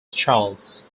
charles